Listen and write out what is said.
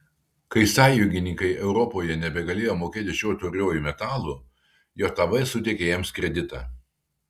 kai sąjungininkai europoje nebegalėjo mokėti šiuo tauriuoju metalu jav suteikė jiems kreditą